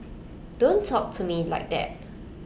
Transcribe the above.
don't talk to me like that